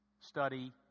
study